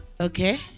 Okay